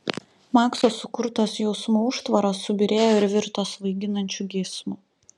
makso sukurtos jausmų užtvaros subyrėjo ir virto svaiginančiu geismu